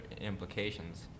implications